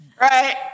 right